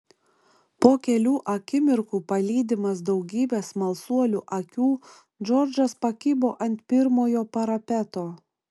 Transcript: po kelių akimirkų palydimas daugybės smalsuolių akių džordžas pakibo ant pirmojo parapeto